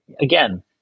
again